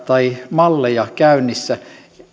tai malleja käynnissä